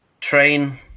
train